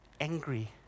angry